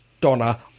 donna